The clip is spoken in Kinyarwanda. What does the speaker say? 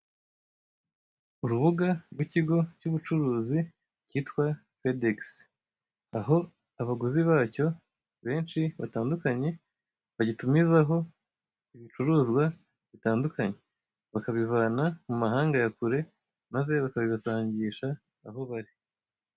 Urubuga rw'ikigo cy'ubucuruzi cyitwa FedEx, aho abaguzi bacyo batandukanye bagitumizaho ibicuruzwa bitandukanye; bakabivana mu mahanga ya kure maze bakabibasangisha aho bari.